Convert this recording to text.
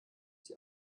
die